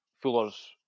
Fuller's